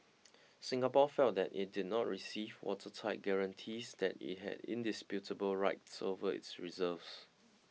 Singapore felt that it did not receive watertight guarantees that it had indisputable rights over its reserves